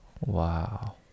Wow